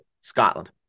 Scotland